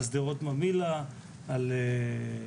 עליך,